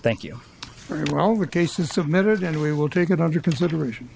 thank you very well rick case is submitted and we will take it under consideration